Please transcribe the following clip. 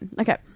Okay